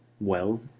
Well